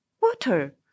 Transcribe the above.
Water